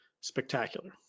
spectacular